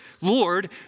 Lord